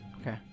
Okay